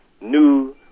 new